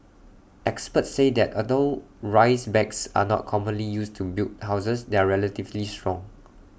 experts say that although rice bags are not commonly used to build houses they are relatively strong